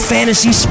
Fantasy